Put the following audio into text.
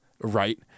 Right